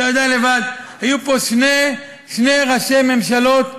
אתה יודע לבד, היו פה שני ראשי ממשלות אֱהודים,